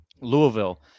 Louisville